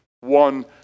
one